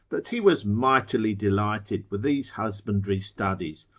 that he was mightily delighted with these husbandry studies,